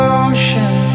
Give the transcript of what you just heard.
ocean